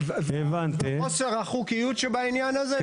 וחוסר החוקיות שבעניין הזה.